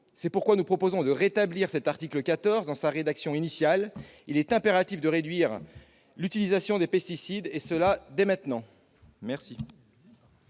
C'est pourquoi nous proposons de rétablir l'article 14 dans sa rédaction initiale. Il est impératif de réduire l'utilisation des pesticides, et ce dès maintenant. La